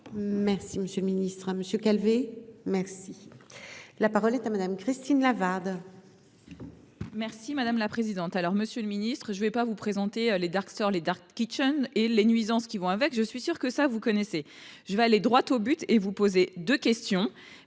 Merci monsieur Ministre Monsieur Calvez merci. La parole est à madame Christine Lavarde. Merci madame la présidente. Alors Monsieur le Ministre, je ne vais pas vous présenter les dark stores les Dark kitchens et les nuisances qui vont avec. Je suis sûr que ça vous connaissez, je vais aller droit au but et vous poser de question,